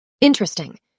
Interesting